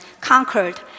conquered